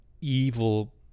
evil